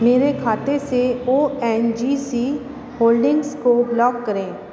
मेरे खाते से O N G C holdings को ब्लॉक करें